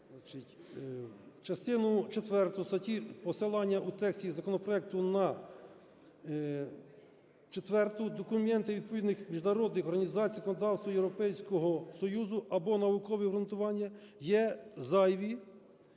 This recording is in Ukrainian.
Частину четверту статті… посилання у тексті законопроекту на… четверту… документи відповідних міжнародних організацій, законодавство Європейського Союзу або наукові обґрунтування є зайві,